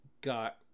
got